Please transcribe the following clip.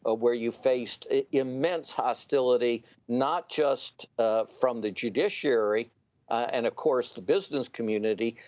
ah where you faced immense hostility not just from the judiciary and of course the business community,